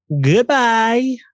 Goodbye